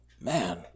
man